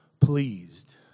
pleased